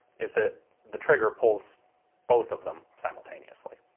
is that the trigger pulls both of them simultaneously.